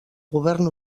govern